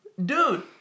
Dude